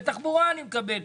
בתחבורה אני מקבל,